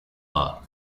law